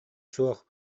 суох